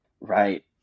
Right